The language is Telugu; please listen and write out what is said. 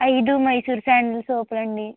ఐదు మైసూర్ సాండల్ సోపులు అండి